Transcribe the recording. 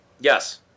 Yes